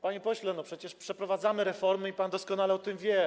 Panie pośle, przecież przeprowadzamy reformy i pan doskonale o tym wie.